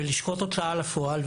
בלשכות הוצאה לפועל.